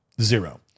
zero